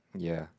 ya